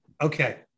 Okay